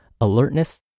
alertness